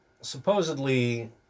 supposedly